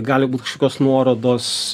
gali būt kažkokios nuorodos